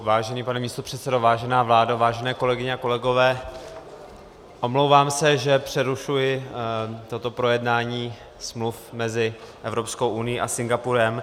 Vážený pane místopředsedo, vážená vládo, vážené kolegyně a kolegové, omlouvám se, že přerušuji toto projednání smluv mezi Evropskou unií a Singapurem.